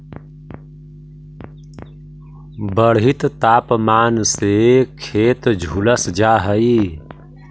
बढ़ित तापमान से खेत झुलस जा हई